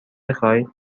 میخوای